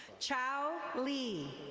chao lee.